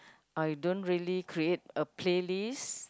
I don't really create a playlist